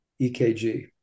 EKG